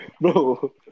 Bro